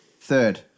Third